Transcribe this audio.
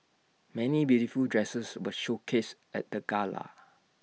many beautiful dresses were showcased at the gala